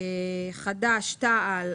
תע"ל,